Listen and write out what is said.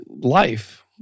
life